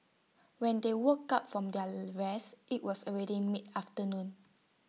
when they woke up from their rest IT was already mid afternoon